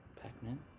Pac-Man